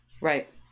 Right